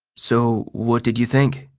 so, what did you think?